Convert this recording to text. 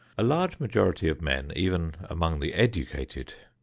a large majority of men, even among the educated,